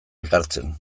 ekartzen